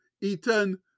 Ethan